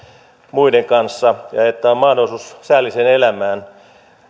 muiden kanssa ja että on mahdollisuus säälliseen elämään